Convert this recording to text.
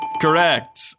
Correct